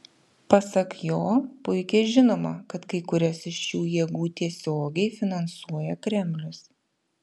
pasak jo puikiai žinoma kad kai kurias iš šių jėgų tiesiogiai finansuoja kremlius